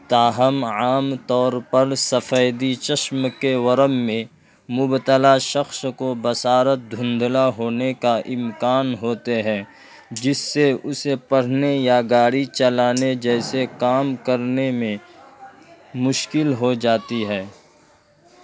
تاہم عام طور پر سفیدی چشم کے ورم میں مبتلا شخص کو بصارت دھندلا ہونے کا امکان ہوتے ہے جس سے اسے پڑھنے یا گاڑی چلانے جیسے کام کرنے میں مشکل ہو جاتی ہے